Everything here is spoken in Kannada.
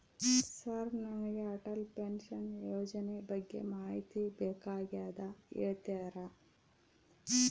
ಸರ್ ನನಗೆ ಅಟಲ್ ಪೆನ್ಶನ್ ಯೋಜನೆ ಬಗ್ಗೆ ಮಾಹಿತಿ ಬೇಕಾಗ್ಯದ ಹೇಳ್ತೇರಾ?